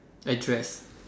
address